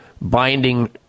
binding